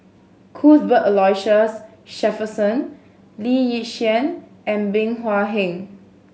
Cuthbert Aloysius Shepherdson Lee Yi Shyan and Bey Hua Heng